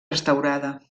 restaurada